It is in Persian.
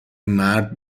مرد